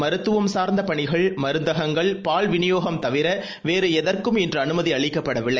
மருத்துவம் சார்ந்தபணிகள் மருந்தகங்கள் பால்விநியோகம் தவிரவேறுஎதற்கும் இதன்படி இன்று அமுதி அளிக்கப்படவில்லை